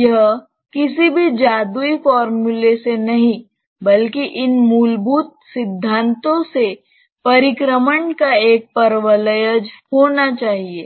यह किसी भी जादुई फॉर्मूले से नहीं बल्कि इन मूलभूत सिद्धांतों से परिक्रमण का एक परवलयज होना चाहिए